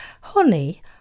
Honey